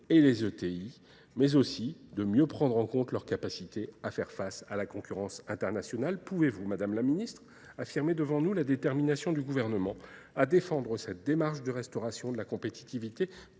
et les ETI, mais aussi de mieux prendre en compte leur capacité à faire face à la concurrence internationale. Pouvez-vous Madame la Ministre, affirmer devant nous la détermination du gouvernement à défendre cette démarche de restauration de la compétitivité ?